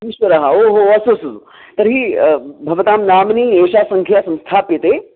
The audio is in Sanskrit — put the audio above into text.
पुष्करः ओहो अस्तु अस्तु तर्हि भवतां नाम्ना एषा सङ्ख्या संस्थाप्यते